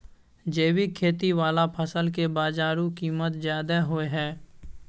जैविक खेती वाला फसल के बाजारू कीमत ज्यादा होय हय